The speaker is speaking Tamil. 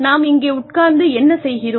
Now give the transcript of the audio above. நாம் இங்கே உட்கார்ந்து என்ன செய்கிறோம்